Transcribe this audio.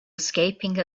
escaping